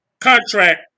contract